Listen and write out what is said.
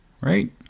right